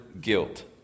guilt